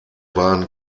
waren